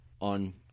on